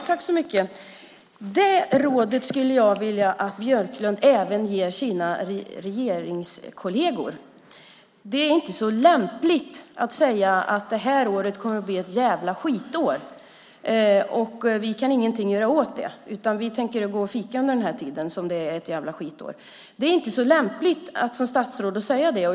Herr talman! Det rådet skulle jag vilja att Björklund även ger sina regeringskolleger. Det är inte så lämpligt att säga att det här året kommer att bli ett djävla skitår och att vi inte kan göra någonting åt det. Vi tänker gå och fika under tiden som det är ett djävla skitår. Det är inte så lämpligt att som statsråd säga det.